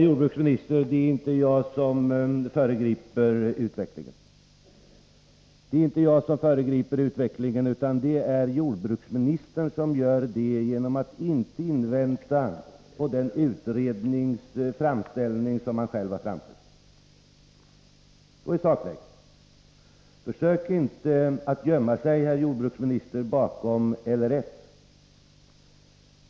Herr talman! Nej, herr jordbruksminister, det är inte jag som föregriper utvecklingen, utan det är jordbruksministern som gör det genom att inte invänta resultatet av den utredning som han själv har tillsatt. Så är sakläget. Försök inte att gömma er, herr jordbruksminister, bakom LRF.